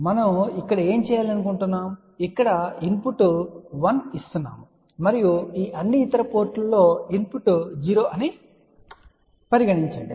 కాబట్టి మనం ఇక్కడ ఏమి చేయాలనుకుంటున్నాము ఇక్కడ ఇన్పుట్ 1 ఇస్తున్నాము మరియు ఈ అన్ని ఇతర పోర్టులలో ఇన్పుట్ 0 అని చెప్పండి